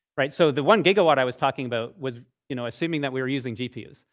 right? so the one-gigawatt i was talking about was you know assuming that we were using gpus.